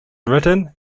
written